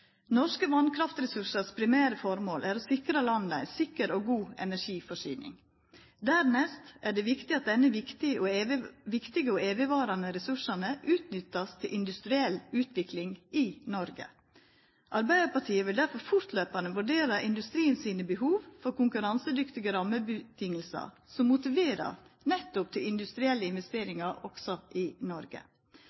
Norske vasskraftressursar sine primære formål er å sikra landet ei sikker og god energiforsyning. Dernest er det viktig at desse viktige og evigvarande ressursane vert utnytta til industriell utvikling i Noreg. Arbeidarpartiet vil derfor fortløpande vurdera industrien sine behov for konkurransedyktige rammevilkår, som motiverer nettopp til industrielle